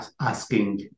asking